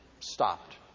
stopped